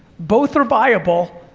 both are viable,